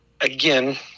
again